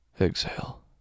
exhale